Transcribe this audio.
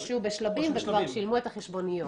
או שהוא בשלבים וכבר שילמו את החשבוניות.